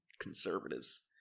conservatives